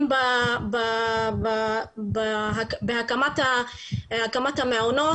חסמים בהקמת המעונות,